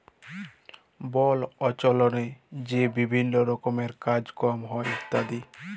বল অল্চলে যে বিভিল্ল্য রকমের কাজ কম হ্যয় ইত্যাদি